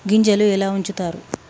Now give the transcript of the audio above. గింజలు ఎలా ఉంచుతారు?